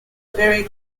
very